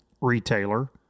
retailer